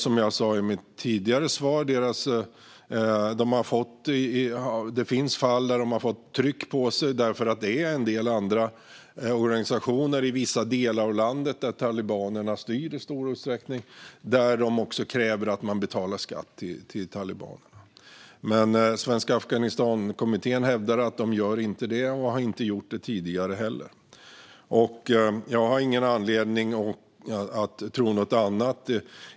Som jag sa i mitt tidigare svar finns det fall där de har haft tryck på sig, för det har förekommit att en del andra organisationer har blivit krävda på skatt i områden där talibanerna styr, men Svenska Afghanistankommittén hävdar att de inte betalar någon sådan skatt och inte har gjort det tidigare heller. Jag har ingen anledning att tro något annat.